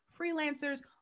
freelancers